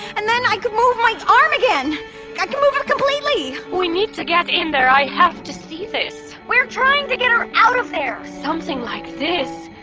and then i could move my arm again. i can move it completely! we need to get in there, i have to see this we're trying to get her out of there! something like this,